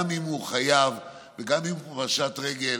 גם אם הוא חייב וגם אם הוא פשט רגל